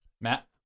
Matt